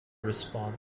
response